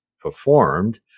performed